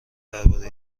درباره